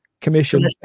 commission